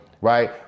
right